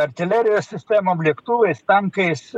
artilerijos sistemom lėktuvais tankais